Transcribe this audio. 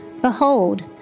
Behold